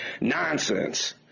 nonsense